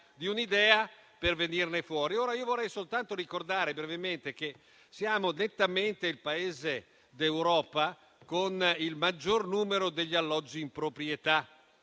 di un'idea per venirne fuori. Ora vorrei soltanto ricordare brevemente che siamo nettamente il Paese d'Europa con il maggior numero di alloggi in proprietà,